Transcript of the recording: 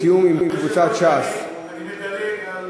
בתיאום עם קבוצת ש"ס, כבוד היושב-ראש, אני מדלג על